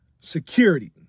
security